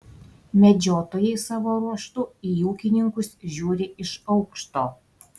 medžiotojai savo ruožtu į ūkininkus žiūri iš aukšto